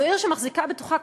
זו עיר שמחזיקה בתוכה,